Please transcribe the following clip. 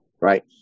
right